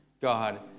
God